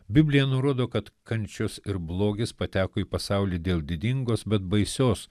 biblija nurodo kad kančios ir blogis pateko į pasaulį dėl didingos bet baisios